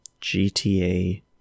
GTA